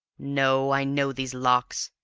no i know these locks.